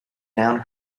down